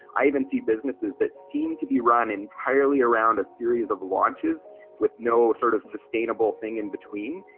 i even see businesses that seem to be run entirely around a series of launches with no sort of sustainable thing in between,